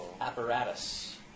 apparatus